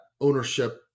ownership